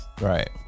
Right